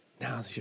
Now